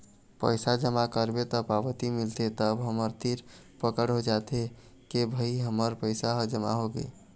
पइसा जमा करबे त पावती मिलथे तब हमर तीर पकड़ हो जाथे के भई हमर पइसा ह जमा होगे